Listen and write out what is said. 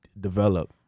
develop